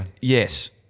Yes